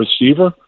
receiver